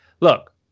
Look